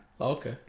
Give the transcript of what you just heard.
Okay